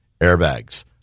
airbags